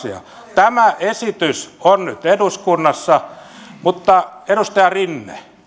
tämä esitys on nyt eduskunnassa mutta edustaja rinne